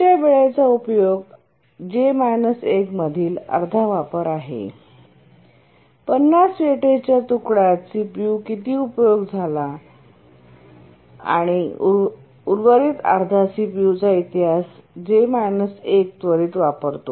च्या वेळेचा उपयोग j − 1 मधील अर्धा वापर आहे 50 वेईटेज च्या तुकड्यात सीपीयूचा किती उपयोग झाला आणि उर्वरित अर्धा सीपीयूचा इतिहास j − 1 त्वरित वापरतो